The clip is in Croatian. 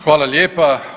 Hvala lijepa.